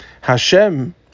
Hashem